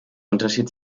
unterschied